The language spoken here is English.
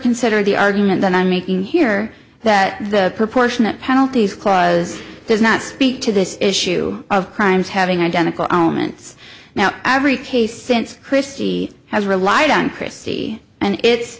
considered the argument that i'm making here that the proportionate penalties close does not speak to this issue of crimes having identical almonds now every case since christie has relied on christie and it